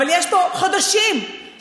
אבל יש פה חודשים שבאמת,